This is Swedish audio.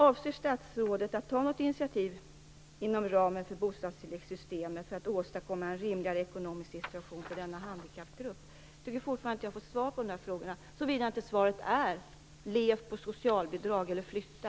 Avser statsrådet att ta något initiativ inom ramen för bostadstilläggssystemet för att åstadkomma en rimligare ekonomisk situation för denna handikappgrupp? Jag tycker fortfarande att jag inte har fått svar på mina frågor, såvida inte svaret är: Lev på socialbidrag eller flytta!